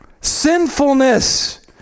Sinfulness